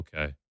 okay